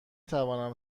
توانم